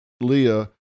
Leah